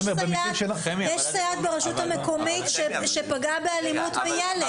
למשל סייעת ברשות המקומית שפגעה באלימות בילד.